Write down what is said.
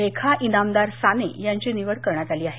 रेखा इनामदार साने यांची निवड करण्यात आली आहे